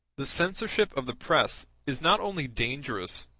the censorship of the press is not only dangerous,